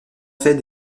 fait